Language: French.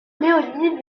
léonie